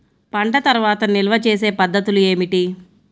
పంట తర్వాత నిల్వ చేసే పద్ధతులు ఏమిటి?